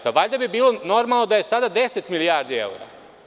Pa, valjda bi bilo normalno da je sada 10 milijardi evra.